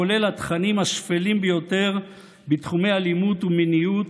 כולל התכנים השפלים ביותר בתחומי אלימות ומיניות,